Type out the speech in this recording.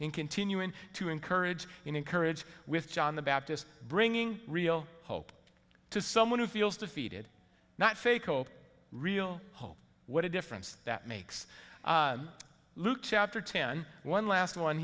in continuing to encourage encourage with john the baptist bringing real hope to someone who feels defeated not fake hope real hope what a difference that makes luke chapter ten one last one